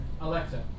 Alexa